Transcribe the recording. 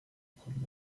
abkommen